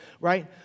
Right